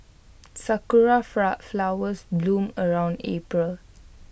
sakura flood flowers bloom around April